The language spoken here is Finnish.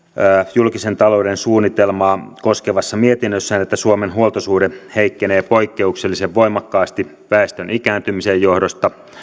julkisen talouden suunnitelmaa koskevassa mietinnössään että suomen huoltosuhde heikkenee poikkeuksellisen voimakkaasti väestön ikääntymisen johdosta